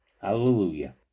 Hallelujah